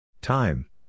Time